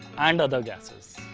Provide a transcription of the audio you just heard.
and other gases.